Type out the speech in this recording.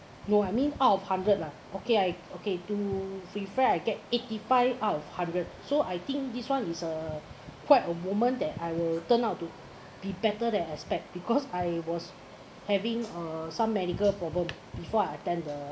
no I mean out of hundred lah okay okay to be fair I get eighty five out of hundred so I think this [one] is a quite a moment that I will turn out to be better than I expect because I was having uh some medical problem before I attend the